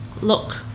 look